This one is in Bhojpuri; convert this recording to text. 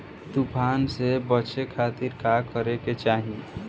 तूफान से बचे खातिर का करे के चाहीं?